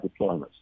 deployments